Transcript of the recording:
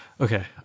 Okay